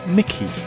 Mickey